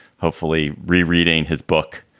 hopefully rereading his book,